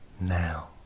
now